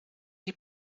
die